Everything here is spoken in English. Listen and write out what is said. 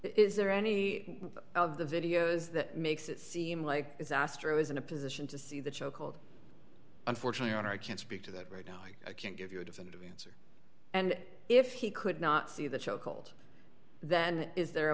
is there any of the videos that makes it seem like it's astro is in a position to see the show called unfortunately and i can't speak to that right now i can't give you a definitive yes and if he could not see that show called then is there a